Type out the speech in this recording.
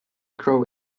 grow